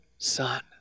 Son